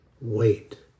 Wait